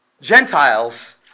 Gentiles